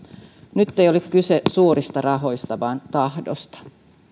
nyt ei ole kyse suurista rahoista vaan tahdosta